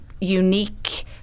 unique